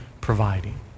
providing